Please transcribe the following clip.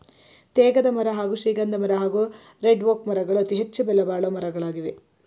ತೇಗದಮರ ಹಾಗೂ ಶ್ರೀಗಂಧಮರ ಹಾಗೂ ರೆಡ್ಒಕ್ ಮರಗಳು ಅತಿಹೆಚ್ಚು ಬೆಲೆಬಾಳೊ ಮರಗಳಾಗವೆ